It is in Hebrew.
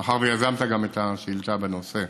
מאחר שיזמת את השאילתה בנושא,